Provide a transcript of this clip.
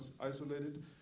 isolated